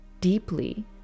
deeply